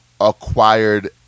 acquired